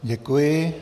Děkuji.